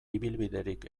ibilbiderik